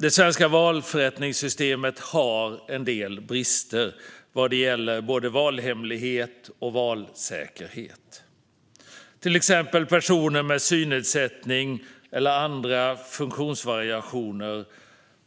Det svenska valförrättningssystemet har en del brister vad gäller både valhemlighet och valsäkerhet. Personer med synnedsättning eller andra funktionsvariationer